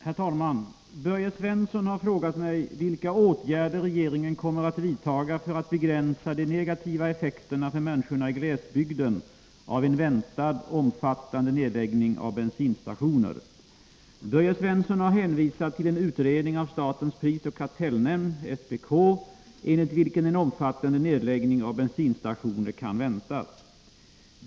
Herr talman! Börje Svensson har frågat mig vilka åtgärder regeringen kommer att vidtaga för att begränsa de negativa effekterna för människorna i glesbygden av en väntad omfattande nedläggning av bensinstationer. Börje Svensson har hänvisat till en utredning av statens prisoch kartellnämnd, SPK, enligt vilken en omfattande nedläggning av bensinstationer kan väntas.